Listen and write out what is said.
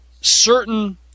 certain